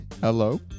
Hello